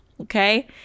okay